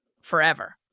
forever